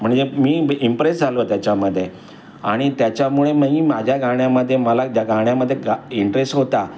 म्हणजे मी इम्प्रेस झालो त्याच्यामध्ये आणि त्याच्यामुळे मी माझ्या गाण्यामध्ये मला ज्या गाण्यामध्ये गा इंटरेस्ट होता